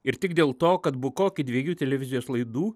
ir tik dėl to kad bukoki dviejų televizijos laidų